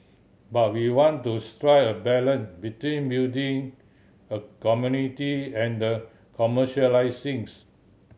but we want to strike a balance between building a community and commercialising